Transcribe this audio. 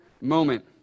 moment